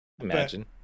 Imagine